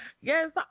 Yes